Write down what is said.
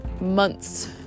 months